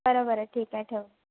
बरं बरं ठीक आहे ठेवते